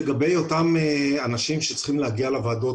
לגבי אותם אנשים שצריכים להגיע לוועדה,